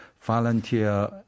volunteer